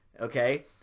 okay